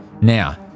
Now